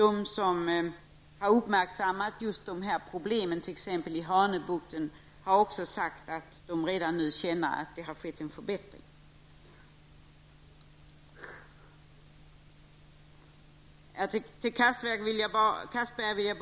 De som har uppmärksammat problemen i Hanöbukten har sagt att de redan nu upplever att en förbättring har inträffat.